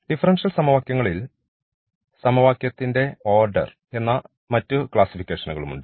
differential സമവാക്യങ്ങളിൽ സമവാക്യത്തിന്റെ order എന്ന മറ്റ് ക്ലാസിഫിക്കേഷനുകളുണ്ട്